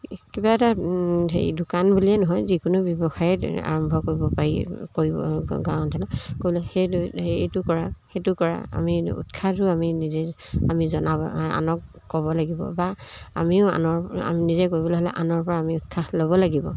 কিবা এটা হেৰি দোকান বুলিয়ে নহয় যিকোনো ব্যৱসায়ে আৰম্ভ কৰিব পাৰি কৰিব গাঁও অঞ্চলত ক সেই এইটো কৰা সেইটো কৰা আমি উৎসাহটো আমি নিজে আমি জনাব আনক ক'ব লাগিব বা আমিও আনৰ আমি নিজে কৰিবলৈ হ'লে আনৰ পৰা আমি উৎসাহ ল'ব লাগিব